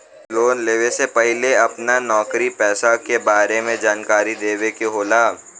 Loan लेवे से पहिले अपना नौकरी पेसा के बारे मे जानकारी देवे के होला?